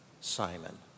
Simon